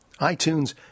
itunes